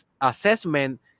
assessment